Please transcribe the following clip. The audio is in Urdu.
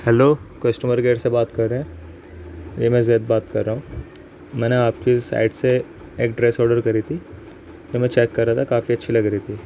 ہلو کسٹمر کیئر سے بات کر رہے ہیں جی میں زید بات کر رہا ہوں میں نے آپ کی سائٹ سے ایک ڈریس آڈر کری تھی جو میں چیک کر رہا تھا کافی اچھی لگ رہی تھی